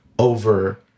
Over